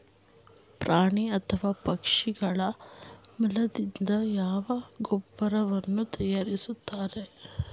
ಪ್ರಾಣಿ ಅಥವಾ ಪಕ್ಷಿಗಳ ಮಲದಿಂದ ಯಾವ ಗೊಬ್ಬರವನ್ನು ತಯಾರಿಸುತ್ತಾರೆ?